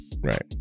right